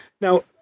Now